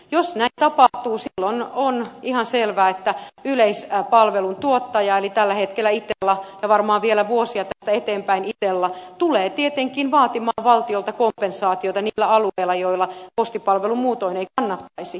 jos näin tapahtuu silloin on ihan selvää että yleispalvelun tuottaja eli tällä hetkellä itella ja varmaan vielä vuosia tästä eteenpäin itella tulee tietenkin vaatimaan valtiolta kompensaatiota niillä alueilla joilla postipalvelu muutoin ei kannattaisi